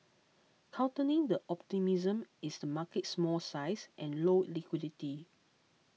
countering the optimism is the market's small size and low liquidity